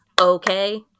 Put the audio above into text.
Okay